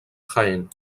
jaén